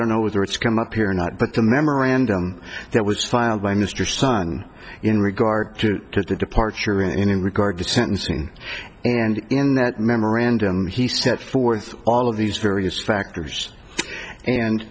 don't know whether it's come up here or not but the memorandum that was filed by mr sun in regard to the departure in regard to sentencing and in that memorandum he set forth all of these various factors and